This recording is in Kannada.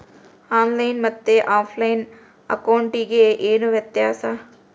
ಆನ್ ಲೈನ್ ಮತ್ತೆ ಆಫ್ಲೈನ್ ಅಕೌಂಟಿಗೆ ಏನು ವ್ಯತ್ಯಾಸ?